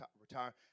retire